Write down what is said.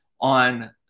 on